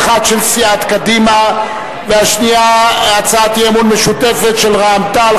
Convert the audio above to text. האחת של סיעת קדימה והשנייה הצעת אי-אמון משותפת של רע"ם-תע"ל,